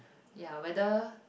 ya whether